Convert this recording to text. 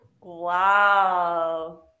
Wow